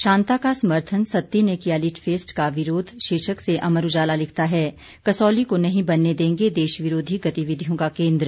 शांता का समर्थन सत्ती ने किया लिटफेस्ट का विरोध शीर्षक से अमर उजाला लिखता है कसौली को नहीं बनने देंगे देश विरोधी गतिविधियों का केन्द्र